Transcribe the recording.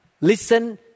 listen